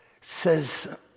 says